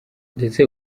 ndetse